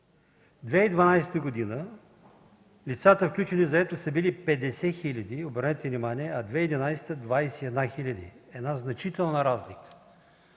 2012 г. лицата, включени в „заетост” са били 50 хиляди – обърнете внимание, а 2011 г. – 21 хиляди. Една значителна разлика.